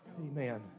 Amen